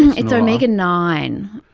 it's omega nine.